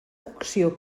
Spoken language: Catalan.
cocció